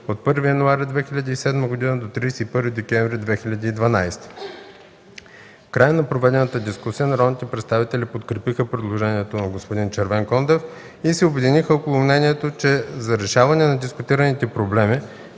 от 01 януари 2007 г. до 31 декември 2012 г. В края на проведената дискусия народните представители подкрепиха предложението на г-н Червенкондев и се обединиха около мнението, че за решаването на дискутираните проблеми